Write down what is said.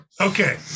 Okay